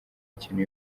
kintu